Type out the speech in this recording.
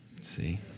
See